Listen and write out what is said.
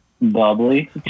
Bubbly